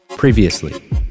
Previously